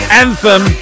anthem